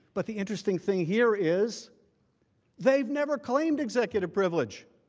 but the interesting thing here is they never claimed executive privilege.